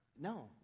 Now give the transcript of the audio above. No